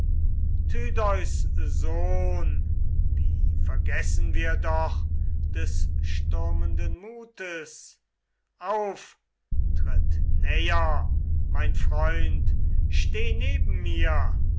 wie vergessen wir doch des stürmenden mutes auf tritt näher mein freund steh neben mir